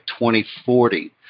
2040